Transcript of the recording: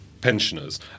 pensioners